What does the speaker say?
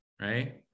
right